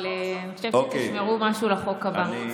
אבל אני חושבת שתשמרו משהו לחוק הבא.